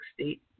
state